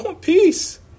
Peace